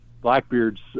Blackbeard's